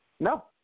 No